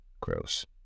gross